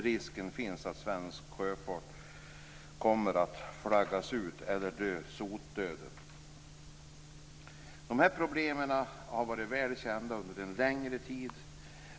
Risken finns att svensk sjöfart kommer att flaggas ut eller att dö sotdöden. Dessa problem har varit väl kända under en längre tid.